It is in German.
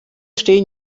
stehen